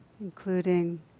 including